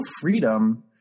freedom